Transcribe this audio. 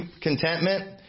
contentment